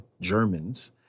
Germans